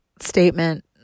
statement